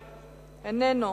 איננו.